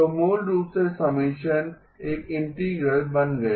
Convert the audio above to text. तो मूल रूप से समेशन एक इंटीग्रल बन गया